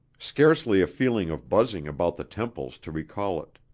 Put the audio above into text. scarcely a feeling of buzzing about the temples to recall it.